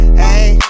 hey